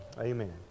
amen